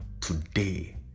today